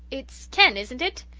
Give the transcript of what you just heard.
it's ken isn't it?